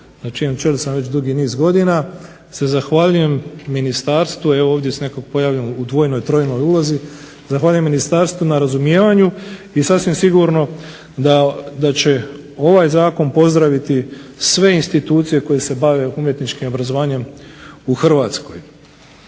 na čijem čelu sam već dugi niz godina se zahvaljujem ministarstvu, evo ovdje … u dvojnoj trojnoj ulozi, zahvaljujem ministarstvu na razumijevanju i sasvim sigurno da će ovaj Zakon pozdraviti sve institucije koje se bave umjetničkim obrazovanjem u Hrvatskoj.